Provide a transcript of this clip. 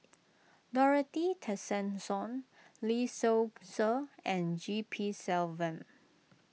Dorothy Tessensohn Lee Seow Ser and G P Selvam